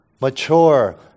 mature